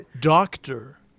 doctor